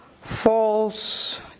false